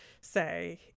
say